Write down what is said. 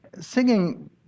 Singing